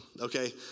Okay